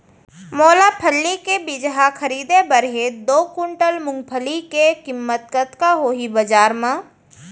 मोला फल्ली के बीजहा खरीदे बर हे दो कुंटल मूंगफली के किम्मत कतका होही बजार म?